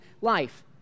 life